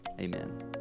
Amen